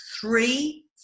three